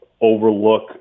overlook